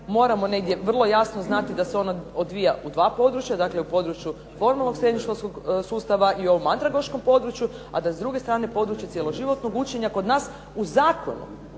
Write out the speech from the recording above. moramo negdje vrlo jasno znati da se ona odvija u dva područja, u području formalnog … sustava i ovom andragoškom području a da s druge strane područje cjelo životnog učenja kod nas u zakonu